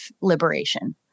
liberation